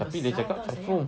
tapi dia cakap five room